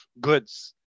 goods